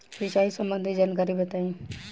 सिंचाई संबंधित जानकारी बताई?